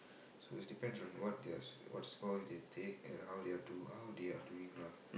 so it's depend on what their what score they take and how they are do how they are doing lah